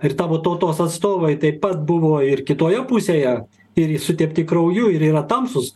ir tavo tautos atstovai taip pat buvo ir kitoje pusėje ir jie sutepti krauju ir yra tamsūs